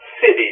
city